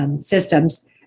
systems